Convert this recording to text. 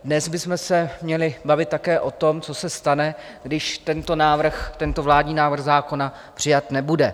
Dnes bychom se měli bavit také o tom, co se stane, když tento návrh, tento vládní návrh zákona přijat nebude.